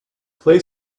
play